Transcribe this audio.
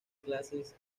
clases